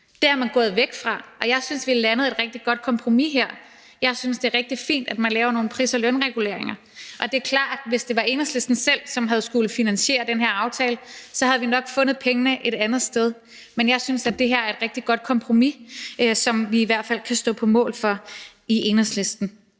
Det er man gået væk fra, og jeg synes, vi her har landet et rigtig godt kompromis. Jeg synes, det er rigtig fint, at man laver nogle pris- og lønreguleringer, og det er klart, at hvis det var Enhedslisten selv, som havde skullet finansiere den her aftale, så havde vi nok fundet pengene et andet sted. Men jeg synes, at det her er et rigtig godt kompromis, som vi i hvert fald kan stå på mål for i Enhedslisten.